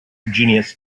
genus